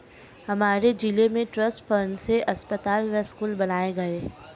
हमारे जिले में ट्रस्ट फंड से अस्पताल व स्कूल बनाए गए